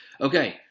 Okay